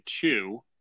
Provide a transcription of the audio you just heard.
two